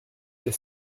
des